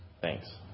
Thanks